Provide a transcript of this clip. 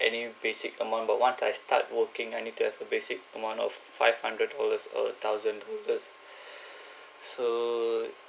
any basic amount but once I start working I need to have a basic amount of five hundred dollars or a thousand dollars so